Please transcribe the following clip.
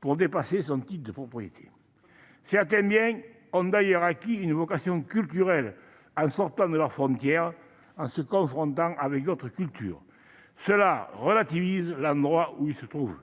pour dépasser son titre de propriété. Très bien ! Certains biens ont d'ailleurs acquis une vocation culturelle en sortant de leurs frontières, en se confrontant avec d'autres cultures. Cela relativise l'endroit où ils se trouvent.